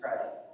Christ